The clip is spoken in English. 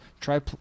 try